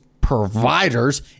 providers